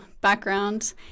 background